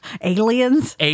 Aliens